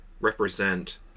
represent